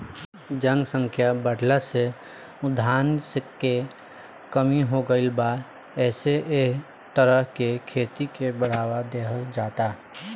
जनसंख्या बाढ़ला से खाद्यान के कमी हो गईल बा एसे एह तरह के खेती के बढ़ावा देहल जाता